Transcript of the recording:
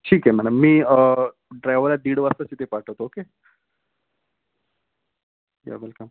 ठीक आहे मॅडम मी ड्रायवरला दीड वाजता तिथे पाठवतो ओके या वेलकम